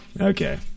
Okay